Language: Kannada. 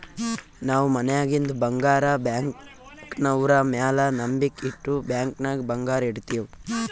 ನಾವ್ ಮನ್ಯಾಗಿಂದ್ ಬಂಗಾರ ಬ್ಯಾಂಕ್ನವ್ರ ಮ್ಯಾಲ ನಂಬಿಕ್ ಇಟ್ಟು ಬ್ಯಾಂಕ್ ನಾಗ್ ಬಂಗಾರ್ ಇಡ್ತಿವ್